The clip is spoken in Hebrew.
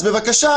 אז בבקשה,